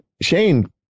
Shane